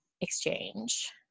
exchange